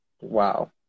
wow